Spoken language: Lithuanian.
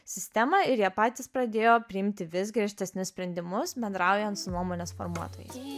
sistemą ir jie patys pradėjo priimti vis griežtesnius sprendimus bendraujant su nuomonės formuotojais